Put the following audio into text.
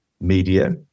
media